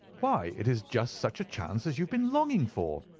why, it is just such a chance as you have been longing for.